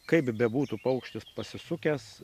kaip bebūtų paukštis pasisukęs